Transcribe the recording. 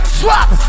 swap